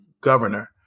governor